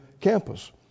campus